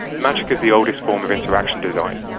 magic is the oldest form of interaction design.